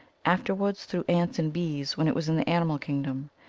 afterwards through ants and bees when it was in the animal kingdom.